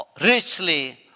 richly